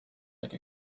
like